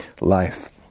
life